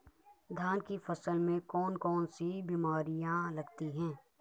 धान की फसल में कौन कौन सी बीमारियां लगती हैं?